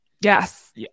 yes